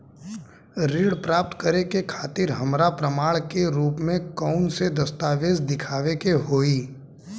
ऋण प्राप्त करे के खातिर हमरा प्रमाण के रूप में कउन से दस्तावेज़ दिखावे के होइ?